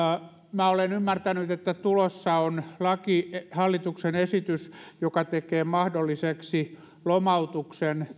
minä olen ymmärtänyt että tulossa on laki hallituksen esitys joka tekee mahdolliseksi lomautuksen